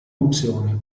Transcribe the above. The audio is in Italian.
opzione